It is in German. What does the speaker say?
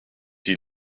die